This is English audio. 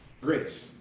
grace